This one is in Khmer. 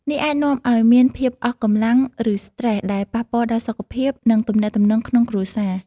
នេះអាចនាំឲ្យមានភាពអស់កម្លាំង ឬស្ត្រេស ដែលប៉ះពាល់ដល់សុខភាព និងទំនាក់ទំនងក្នុងគ្រួសារ។